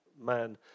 man